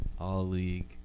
All-League